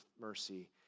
mercy